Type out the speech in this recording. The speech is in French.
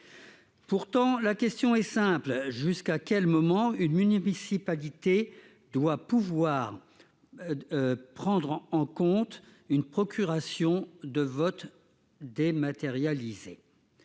pourtant, la question est simple : jusqu'à quel moment une municipalité doit pouvoir prendre en compte une procuration de vote dématérialisé,